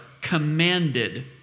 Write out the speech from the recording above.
commanded